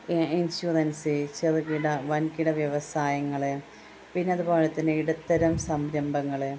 insurance ചെറുകിട വൻകിട വ്യവസായങ്ങൾ പിന്നതുപോലെത്തന്നെ ഇടത്തരം സംരംഭങ്ങൾ